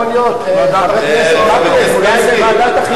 יכול להיות ועדת החינוך,